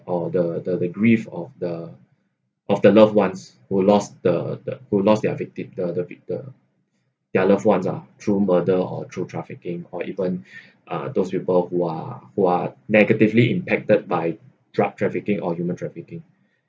or the the the grief of the of the loved ones who lost the the who lost their victim the victor their loved ones ah through murder or through trafficking or even uh those people who are who are negatively impacted by drug trafficking or human trafficking